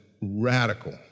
radical